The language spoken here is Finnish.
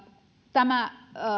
tämä